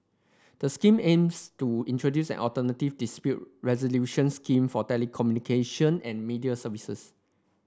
the scheme aims to introduce an alternative dispute resolution scheme for telecommunication and media services